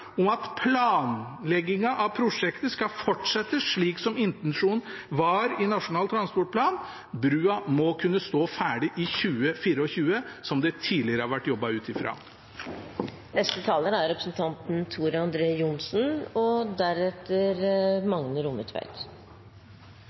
om at planleggingen av prosjektet skal fortsette slik som intensjonen var i Nasjonal transportplan. Brua må kunne stå ferdig i 2024, som det tidligere har vært jobbet ut fra. Høyre–Fremskrittsparti-regjeringen, med støtte fra Venstre og